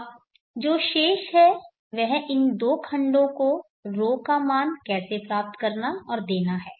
अब जो शेष है वह इन दो खंडो को ρ का मान कैसे प्राप्त करना और देना है